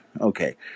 Okay